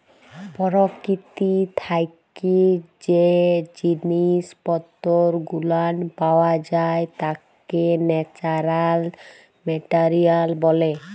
পরকীতি থাইকে জ্যে জিনিস পত্তর গুলান পাওয়া যাই ত্যাকে ন্যাচারাল মেটারিয়াল ব্যলে